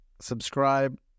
subscribe